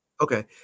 Okay